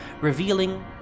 revealing